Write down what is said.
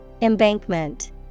Embankment